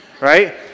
Right